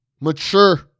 mature